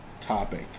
topic